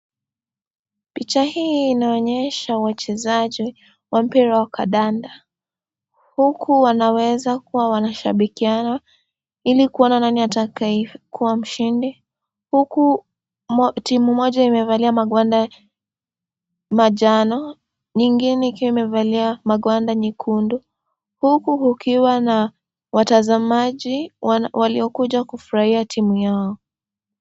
Picha hii inaonyesha wachezaji wa mpira wa kandanda huku wanaweza kuwa wanashabikiana ili kuona nani atakayekuwa mshindi huku timu moja imevalia magwanda manjano nyingine ikiwa imevalia magwanda nyekundu huku kukiwa na watazamaji waliokuja kufurahia timu yao.